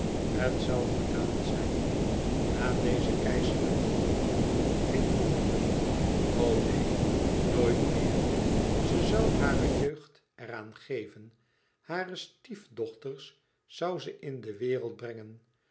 het zoû gedaan zijn na dezen keizerlijken roman geen andere o neen nooit meer ze zoû hare jeugd er aan geven hare stiefdochters zoû ze in de wereld brengen